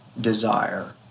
desire